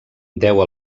deu